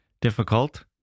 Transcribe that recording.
difficult